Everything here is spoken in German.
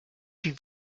wie